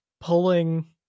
pulling